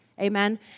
Amen